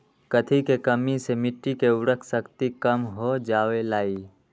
कथी के कमी से मिट्टी के उर्वरक शक्ति कम हो जावेलाई?